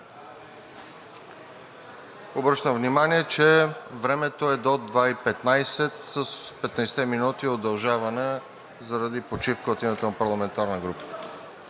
Обръщам внимание, че времето е до 14,15 ч., с 15 минути удължаване заради почивка от името на парламентарна група.